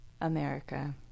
America